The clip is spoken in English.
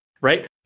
right